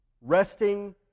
Resting